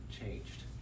changed